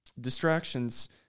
distractions